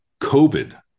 COVID